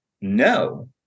No